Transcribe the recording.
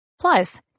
Plus